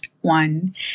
one